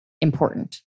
important